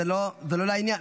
זה לא לעניין.